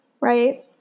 right